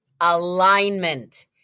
Alignment